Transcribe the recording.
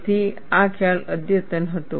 તેથી આ ખ્યાલ અદ્યતન હતો